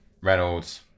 Reynolds